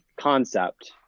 concept